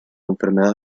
enfermedad